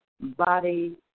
body